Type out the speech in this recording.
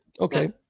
Okay